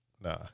nah